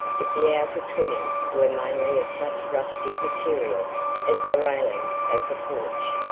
but the outer trimmings were mainly of such rustic material as the railing of the porch.